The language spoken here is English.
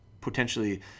potentially